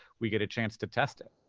we get a chance to test it.